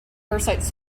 parasites